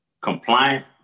Compliant